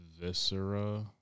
Viscera